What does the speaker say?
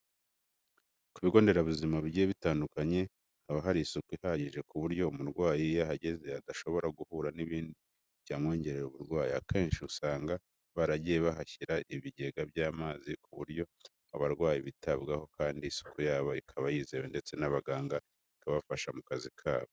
Ku bigo nderabuzima bigiye bitandukanye haba hari isuku ihagije ku buryo umurwayi iyo ahageze adashobora guhura n'ibintu byamwongerera uburwayi. Akenshi usanga baragiye bahashyira ibigega by'amazi ku buryo abarwayi bitabwaho kandi isuku yabo ikaba yizewe ndetse n'abaganga bikabafasha mu kazi kabo.